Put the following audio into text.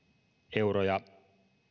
euroja